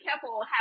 careful